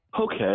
okay